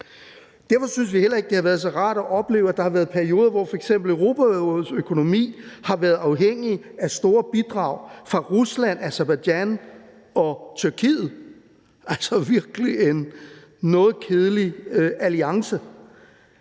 Derfor synes vi heller ikke, at det har været så rart at opleve, at der har været perioder, hvor f.eks. Europarådets økonomi har været afhængig af store bidrag fra Rusland, Aserbajdsjan og Tyrkiet. Altså, det er virkelig en noget kedelig alliance.